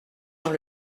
dans